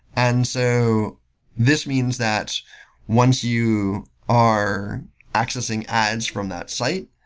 and so this means that once you are accessing ads from that site,